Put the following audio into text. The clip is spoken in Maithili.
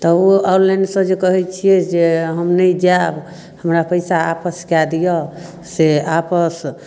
तऽ ओ ऑनलाइनसँ जे कहै छिए जे हम नहि जाएब हमरा पइसा आपस कऽ दिअऽ से आपस